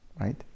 right